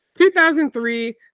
2003